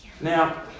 Now